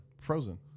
Frozen